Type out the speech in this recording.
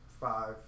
five